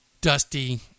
dusty